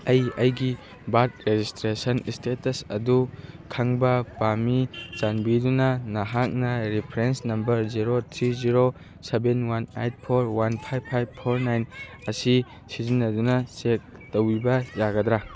ꯑꯩ ꯑꯩꯒꯤ Bharat registration status ꯑꯗꯨ ꯈꯪꯕ ꯄꯥꯝꯃꯤ ꯆꯥꯟꯕꯤꯗꯨꯅ ꯅꯍꯥꯛꯅ reference number zero three zero seven one eight four one five five four nine ꯑꯁꯤ ꯁꯤꯖꯤꯟꯅꯗꯨꯅ ꯆꯦꯛ ꯇꯧꯕꯤꯕ ꯌꯥꯒꯗ꯭ꯔꯥ